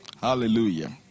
Hallelujah